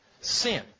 Sin